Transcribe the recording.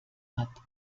hat